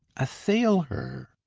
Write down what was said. assail her.